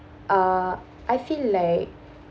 ah I feel like